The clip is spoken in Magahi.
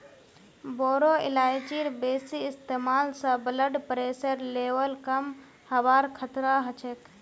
बोरो इलायचीर बेसी इस्तमाल स ब्लड प्रेशरेर लेवल कम हबार खतरा ह छेक